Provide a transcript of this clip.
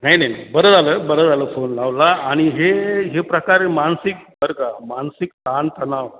नाही नाही बरं झालं बरं झालं फोन लावला आणि हे हे प्रकारे मानसिक बरं का मानसिक ताणतणाव